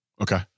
Okay